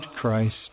Christ